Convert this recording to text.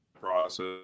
process